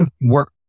work